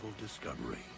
discovery